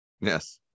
yes